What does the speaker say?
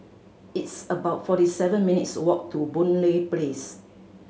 it's about forty seven minutes' walk to Boon Lay Place